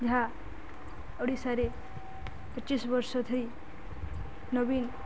ଯାହା ଓଡ଼ିଶାରେ ପଚିଶ ବର୍ଷ ଧରି ନବୀନ